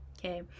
Okay